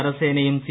കരസേനയും C